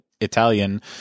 Italian